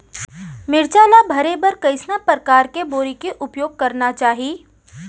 मिरचा ला भरे बर कइसना परकार के बोरी के उपयोग करना चाही?